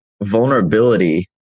vulnerability